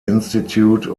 institute